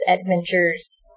adventures